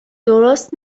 درست